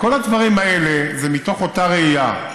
וכל הדברים האלה, זה מתוך אותה ראייה,